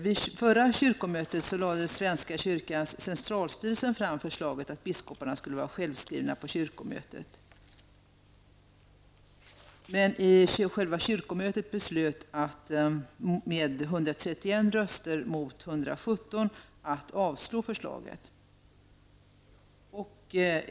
Vid förra kyrkomötet lade svenska kyrkans centralstyrelse fram förslaget att biskoparna skulle vara självskrivna på kyrkomötet. Kyrkomötet beslöt med 131 röster mot 117 att avslå förslaget.